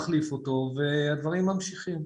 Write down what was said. מחליף אותו והדברים ממשיכים.